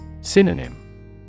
Synonym